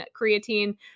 creatine